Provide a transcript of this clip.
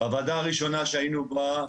בוועדה הראשונה שהיינו בה,